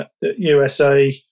USA